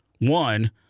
One